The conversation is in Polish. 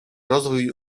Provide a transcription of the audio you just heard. rozwój